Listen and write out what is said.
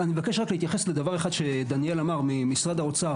מבקש רק להתייחס לדבר אחד שדניאל ממשרד האוצר